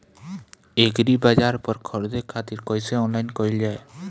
एग्रीबाजार पर खरीदे खातिर कइसे ऑनलाइन कइल जाए?